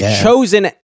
chosen